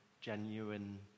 genuine